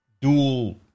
dual –